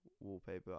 wallpaper